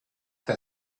that